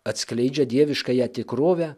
atskleidžia dieviškąją tikrovę